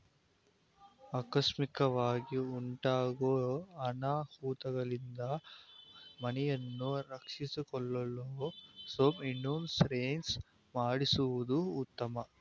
ಆಕಸ್ಮಿಕವಾಗಿ ಉಂಟಾಗೂ ಅನಾಹುತಗಳಿಂದ ಮನೆಯನ್ನು ರಕ್ಷಿಸಿಕೊಳ್ಳಲು ಹೋಮ್ ಇನ್ಸೂರೆನ್ಸ್ ಮಾಡಿಸುವುದು ಉತ್ತಮ